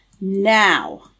now